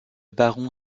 baron